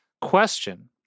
Question